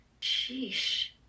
Sheesh